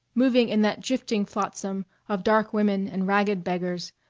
moving in that drifting flotsam of dark women and ragged beggars,